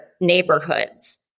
neighborhoods